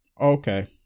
Okay